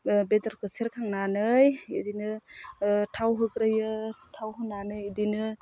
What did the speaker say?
बेदरखौ सेरखांनानै बिदिनो थाव होग्रोयो थाव होनानै बिदिनो